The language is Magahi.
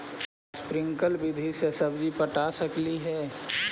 स्प्रिंकल विधि से सब्जी पटा सकली हे?